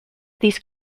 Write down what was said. these